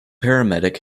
paramedic